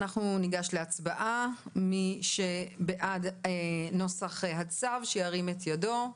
אנחנו ניגש להצבעה ומי שבעד נוסח הצו שירים את ידו.